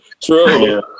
true